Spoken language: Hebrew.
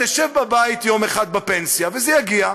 ותשב בבית יום אחד בפנסיה, וזה יגיע,